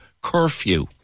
curfew